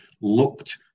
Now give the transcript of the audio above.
looked